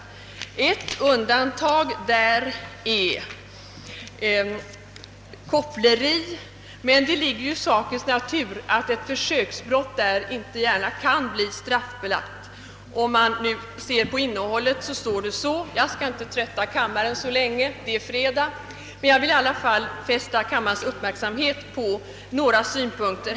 Ett undantag utgör koppleri men det ligger ju i sakens natur, att ett försöksbrott här inte gärna kan bli straffbelagt. Jag skall inte trötta kammarens ledamöter så länge — det är ju fredag — men vill i alla fall fästa uppmärksamheten på några punkter.